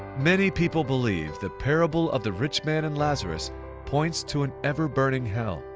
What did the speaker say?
many people believe the parable of the rich man and lazarus points to an ever-burning hell,